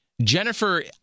Jennifer